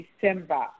December